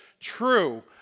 true